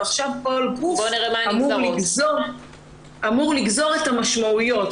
ועכשיו כל גוף אמור לגזור את המשמעויות.